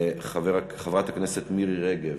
חברת הכנסת מירי רגב,